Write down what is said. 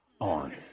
on